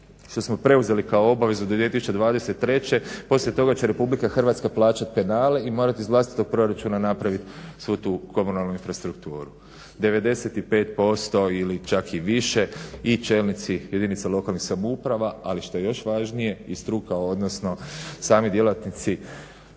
što smo preuzeli kao obavezu do 2023.poslije toga će RH plaćati penale i morati iz vlastitog proračuna napraviti svu tu komunalnu infrastrukturu, 95% ili čak i više i čelnici jedinica lokalnih samouprava ali što je još važnije i struka odnosno sami djelatnici